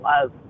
love